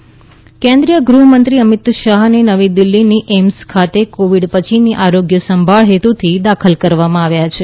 અમિત શાહ્ કેન્દ્રીય ગૃહમંત્રી અમિત શાહને નવી દિલ્હીની એઇમ્સ ખાતે કોવિડ પછીની આરોગ્ય સંભાળ હેતુથી દાખલ કરવામાં આવ્યા છે